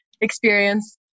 experience